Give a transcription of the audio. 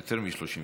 יותר מ-30 שניות.